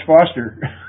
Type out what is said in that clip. Foster